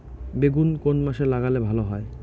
বেগুন কোন মাসে লাগালে ভালো হয়?